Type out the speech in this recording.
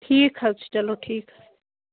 ٹھیٖک حظ چھُ چلو ٹھیٖک حظ